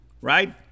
Right